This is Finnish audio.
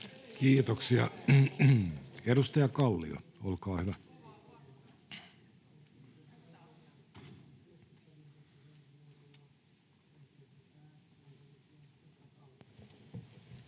Kiitoksia. — Edustaja Kallio, olkaa hyvä. [Speech